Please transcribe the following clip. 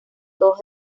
todos